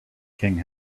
king